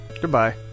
goodbye